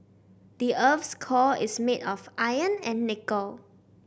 the earth's core is made of iron and nickel